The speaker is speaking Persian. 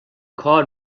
کار